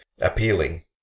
appealing